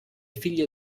figlie